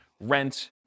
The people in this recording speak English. rent